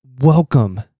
welcome